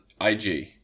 IG